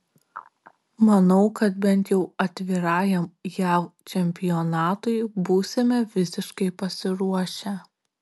manau kad bent jau atvirajam jav čempionatui būsime visiškai pasiruošę